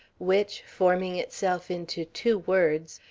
which, forming itself into two words,